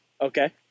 Okay